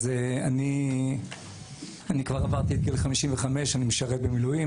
אני עברתי את גיל 55 ואני משרת במילואים.